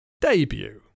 Debut